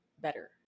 better